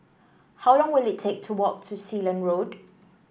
how long will it take to walk to Sealand Road